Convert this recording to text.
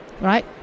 right